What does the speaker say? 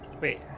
Wait